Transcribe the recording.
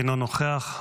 אינו נוכח.